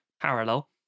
parallel